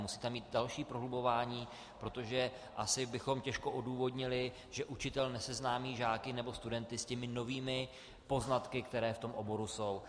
Musí tam být další prohlubování, protože asi bychom těžko odůvodnili, že učitel neseznámí žáky nebo studenty s novými poznatky, které v tom oboru jsou.